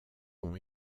ont